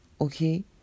okay